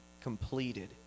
completed